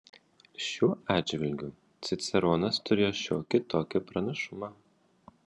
šiuo atžvilgiu ciceronas turėjo šiokį tokį pranašumą